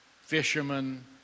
fishermen